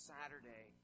Saturday